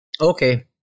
okay